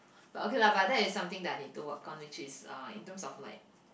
but okay lah but that is something that I need to work on which is uh in terms of like